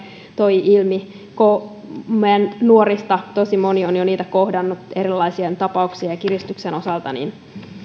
toi ilmi meidän nuoristamme tosi moni on jo niitä kohdannut erilaisia tapauksia ja kiristystä joten tämä on